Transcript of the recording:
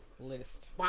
list